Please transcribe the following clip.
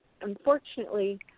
unfortunately